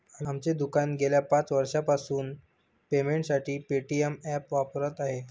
आमचे दुकान गेल्या पाच वर्षांपासून पेमेंटसाठी पेटीएम ॲप वापरत आहे